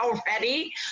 already